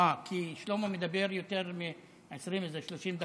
אה, כי שלמה מדבר יותר מ-20, 30 דקות.